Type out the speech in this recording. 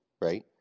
right